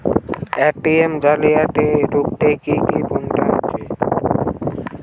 ATM জালিয়াতি রুখতে কি কি পন্থা আছে?